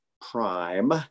prime